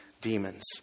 demons